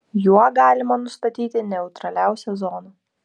juo galima nustatyti neutraliausią zoną